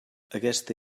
aquesta